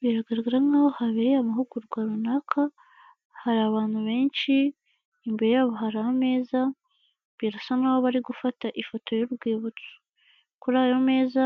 Biragaragara nkaho habereye amahugurwa runaka, hari abantu benshi, imbere yabo hari ameza birasa nkaho bari gufata ifoto y'urwibutso. Kuri ayo meza